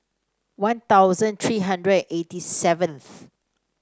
One Thousand three hundred eighty seventh